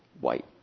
white